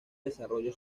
desarrollo